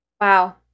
wow